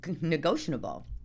negotiable